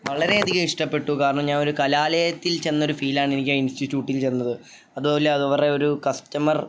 വളരെയധികം ഇഷ്ടപ്പെട്ടു കാരണം ഞാനൊരു കലാലയത്തിൽ ചെന്നൊരു ഫീലാണ് എനിക്ക് ഇൻസ്റ്റിറ്റ്യൂട്ടിൽ ചെന്നത് അതു പോലെ അവരുടെ ഒരു കസ്റ്റമർ